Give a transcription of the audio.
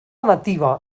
nativa